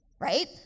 right